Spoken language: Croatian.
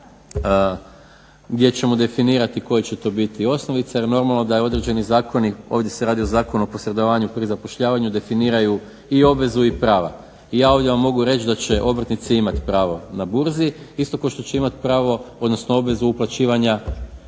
gdje ćemo definirati koja će to biti osnovica. Jer normalno da određeni zakoni, ovdje se radi o Zakonu o posredovanju pri zapošljavanju definiraju i obvezu i prava. I ja ovdje vam mogu reći da će obrtnici imati pravo na burzi isto kao što će imati pravo, odnosno obvezu uplaćivanja.